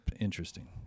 interesting